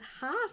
half